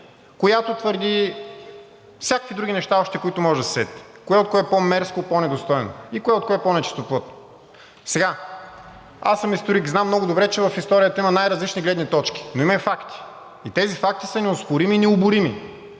която твърди всякакви други неща, които може да се сетите, кое от кое по-мерзко и по-недостойно и кое от кое по-нечистоплътно. Аз съм историк и много добре знам, че в историята има най-различни гледни точки, но има и факти и тези факти са неоспорими и необорими.